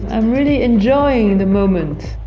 i'm really enjoying the moment.